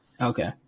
Okay